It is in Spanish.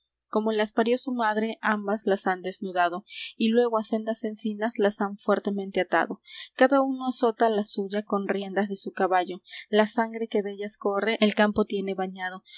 como las parió su madre ambas las han desnudado y luégo á sendas encinas las han fuertemente atado cada uno azota la suya con riendas de su caballo la sangre que dellas corre el campo tiene bañado